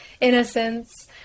innocence